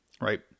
Right